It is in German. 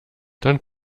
dann